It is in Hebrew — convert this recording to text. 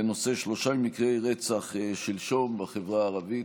בנושא: שלושה מקרי רצח שלשום בחברה הערבית.